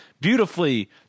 beautifully